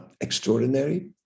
extraordinary